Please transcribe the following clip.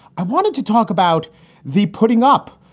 i wanted to talk about the putting up,